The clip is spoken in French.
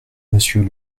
monsieur